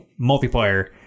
multiplayer